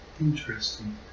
Interesting